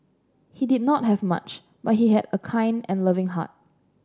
he did not have much but he had a kind and loving heart